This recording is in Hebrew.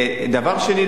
דבר שני,